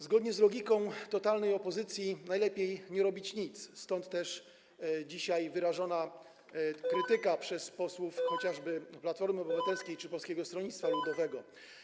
Zgodnie z logiką totalnej opozycji najlepiej nie robić nic, stąd też dzisiaj wyrażona krytyka przez posłów chociażby Platformy Obywatelskiej czy Polskiego Stronnictwa Ludowego.